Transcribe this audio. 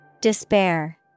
Despair